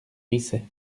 risset